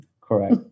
Correct